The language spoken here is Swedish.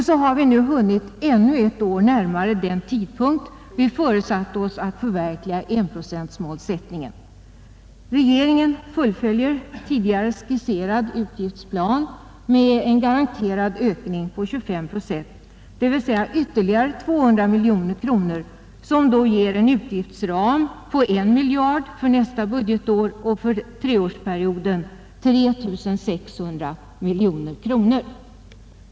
Nu har vi kommit ännu ett år närmare den tidpunkt då vi föresatte oss att förverkliga enprocentsmålsättningen. Regeringen fullföljer tidigare skisserad utgiftsplan med en garanterad ökning av 25 procent, dvs. ytterligare 200 miljoner kronor, som då ger en utgiftsram på en miljard kronor för nästa budgetår och 3 600 miljoner kronor för treårsperioden.